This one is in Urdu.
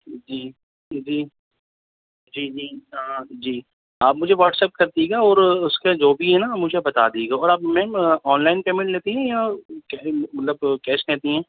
جی جی جی جی آں جی آپ مجھے واٹس اپ کر دیے گا اور اس کے جو بھی ہیں نا مجھے بتا دیے گا اور آپ میم آن لائن پیمنٹ لیتی ہیں یا مطلب کیش لیتی ہیں